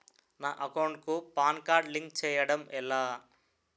నా అకౌంట్ కు PAN card link చేయడం ఎలా?